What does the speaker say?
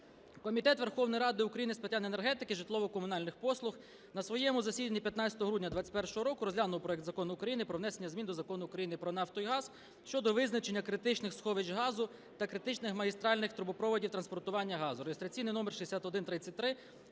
Комітет Верховної Ради України з питань енергетики та житлово-комунальних послуг на своєму засіданні 15 грудня 2021 року розглянув проект Закону про внесення змін до Закону України "Про нафту і газ" щодо визначення критичних сховищ газу та критичних магістральних трубопроводів транспортування газу (реєстраційний номер 6133),